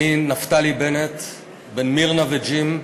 אני, נפתלי בנט, בן מירנה וג'ים,